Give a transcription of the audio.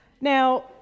Now